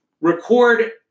record